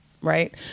right